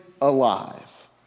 alive